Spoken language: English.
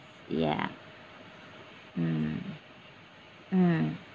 ya mm mm